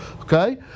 okay